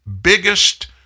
biggest